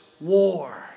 war